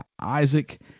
Isaac